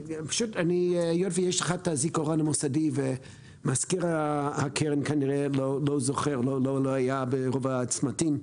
היות ויש לך את הזיכרון המוסדי ומזכיר הקרן כנראה לא היה ברוב הצמתים,